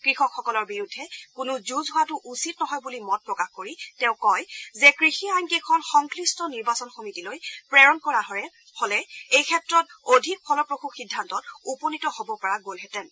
কৃষকসকলৰ বিৰুদ্ধে কোনো যুঁজ হোৱাটো উচিত নহয় বুলি মত প্ৰকাশ কৰি তেওঁ কয় যে কৃষি আইনকেইখন সংশ্লিষ্ট নিৰ্বাচন সমিতিলৈ প্ৰেৰণ কৰা হলে এই ক্ষেত্ৰত অধিক ফলপ্ৰসু সিদ্ধান্তত উপনীত হব পৰা গলহেঁতেন